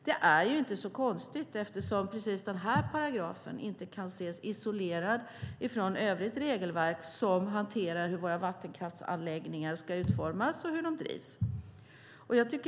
Det är inte så konstigt eftersom denna paragraf inte kan ses isolerad från övrigt regelverk som hanterar hur våra vattenkraftsanläggningar ska utformas och drivas.